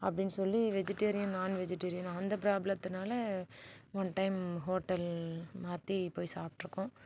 அப்படின் சொல்லி வெஜிட்டேரியன் நான் வெஜிட்டேரியன் அந்த ப்ராப்லத்துனால ஒன் டைம் ஹோட்டல் மாற்றி போய் சாப்பிட்ருக்கோம்